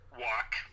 walk